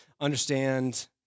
understand